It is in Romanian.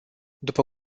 după